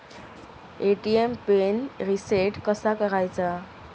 ATM PIN reset कसा करायचा?